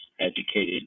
educated